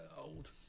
old